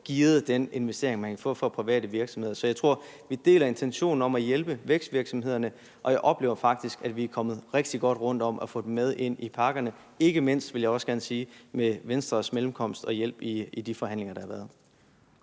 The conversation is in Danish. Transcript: gearet den investering, man kan få for private virksomheder. Så jeg tror, at vi deler intentionen om at hjælpe vækstvirksomhederne, og jeg oplever faktisk, at vi er kommet rigtig godt rundt om at få dem med ind i pakkerne, ikke mindst med – vil jeg også gerne sige – Venstres mellemkomst og hjælp i de forhandlinger, der har været.